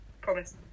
promise